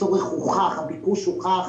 הצורך הוכח, הביקוש הוכח,